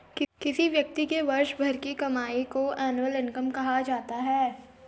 किसी व्यक्ति के वर्ष भर की कमाई को एनुअल इनकम कहा जाता है